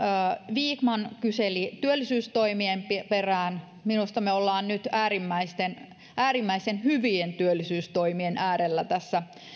vikman kyseli työllisyystoimien perään minusta me olemme nyt äärimmäisen äärimmäisen hyvien työllisyystoimien äärellä tässä